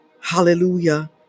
hallelujah